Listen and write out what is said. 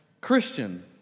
Christian